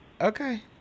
Okay